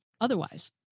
otherwise